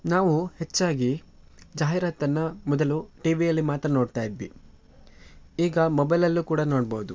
ನಾವು ಹೆಚ್ಚಾಗಿ ಜಾಹೀರಾತನ್ನು ಮೊದಲು ಟಿ ವಿಯಲ್ಲಿ ಮಾತ್ರ ನೋಡ್ತಾ ಇದ್ವಿ ಈಗ ಮೊಬೈಲಲ್ಲೂ ಕೂಡ ನೋಡ್ಬೋದು